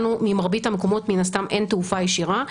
לנו ממרבית המקומות מן הסתם אין תעופה ישירה.